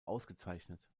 ausgezeichnet